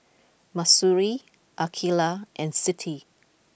Mahsuri Aqilah and Siti